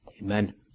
Amen